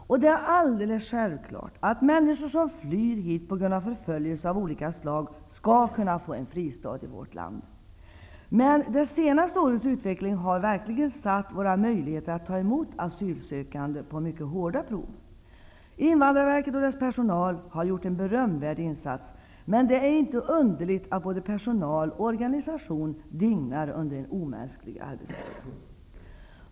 Det är alldeles självklart att människor som flyr hit på grund av förföljelse av olika slag skall kunna få en fristad i vårt land. Men utvecklingen det senaste året har verkligen satt våra möjligheter att ta emot asylsökande på mycket hårda prov. Invandrarverket och dess personal har gjort en berömvärd insats. Men det är inte underligt att både personal och organisation dignar under en omänsklig arbetsbörda.